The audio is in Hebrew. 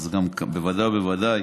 אז ודאי וודאי,